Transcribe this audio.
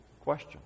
question